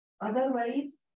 Otherwise